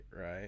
right